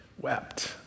wept